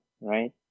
right